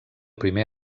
primer